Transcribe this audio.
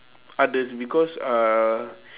others because uh